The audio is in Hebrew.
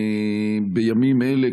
בימים אלה,